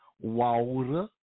water